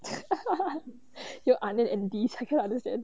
有 onion and beef can you understand